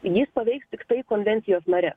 jis paveiks tiktai konvencijos nare